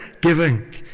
giving